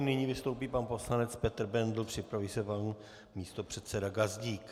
Nyní vystoupí pan poslanec Petr Bendl, připraví se pan místopředseda Gazdík.